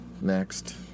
next